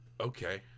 Okay